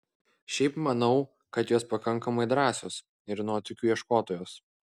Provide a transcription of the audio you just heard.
šiaip manau kad jos pakankamai drąsios ir nuotykių ieškotojos